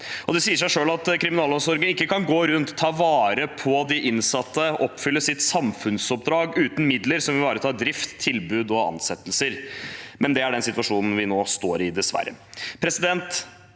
Det sier seg selv at kriminalomsorgen ikke kan gå rundt, ta vare på de innsatte og oppfylle sitt samfunnsoppdrag uten midler som ivaretar drift, tilbud og ansettelser. Det er den situasjonen vi nå står i, dessverre.